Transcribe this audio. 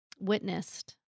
witnessed